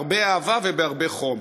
בהרבה אהבה ובהרבה חום,